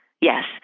yes